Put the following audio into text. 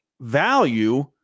value